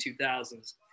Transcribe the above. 2000s